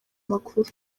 makuru